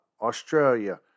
Australia